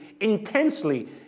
intensely